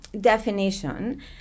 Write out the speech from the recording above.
definition